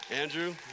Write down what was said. Andrew